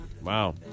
Wow